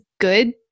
good